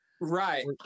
Right